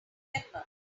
september